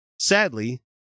Sadly